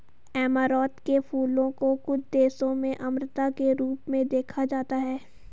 amaranth के फूलों को कुछ देशों में अमरता के रूप में देखा जाता है